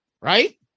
right